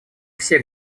все